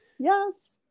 Yes